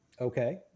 Okay